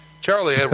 Charlie